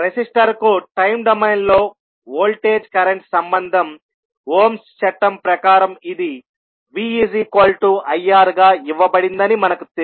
resistor కు time domain లో voltage current సంబంధం ఓమ్స్ చట్టం ప్రకారం ఇది viRగా ఇవ్వబడిందని మనకు తెలుసు